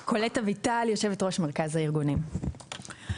קולט אביטל, יושבת ראש ׳מרכז הארגונים׳, בבקשה.